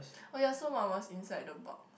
oh ya so what was inside the box